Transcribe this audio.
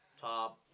top